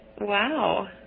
Wow